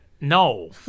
No